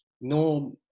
no